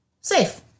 safe